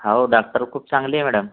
हो डाक्टर खूप चांगले आहेत मॅडम